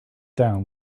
down